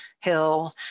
hill